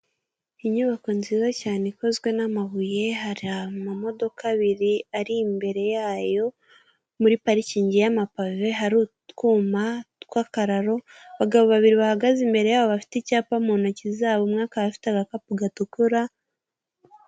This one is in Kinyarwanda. Inyubako nziza cyane ikozwe n'amabuye hari amamodoka abiri ari imbere yayo muri parikingi y'amapave hari utwuma tw'akararo, abagabo babiri bahagaze imbere yabo bafite icyapa mu ntoki zabo umwe akaba afite agakapu gatukura.